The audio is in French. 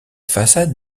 façade